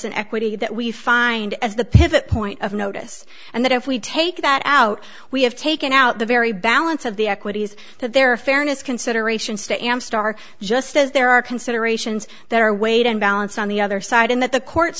and equity that we find as the pivot point of notice and that if we take that out we have taken out the very balance of the equities that there are fairness considerations to am star just as there are considerations that are weight and balance on the other side and that the courts